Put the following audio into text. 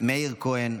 מאיר כהן,